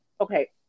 Okay